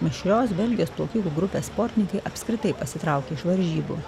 mišrios belgijos plaukikų grupės sportininkai apskritai pasitraukė iš varžybų